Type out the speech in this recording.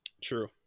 True